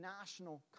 national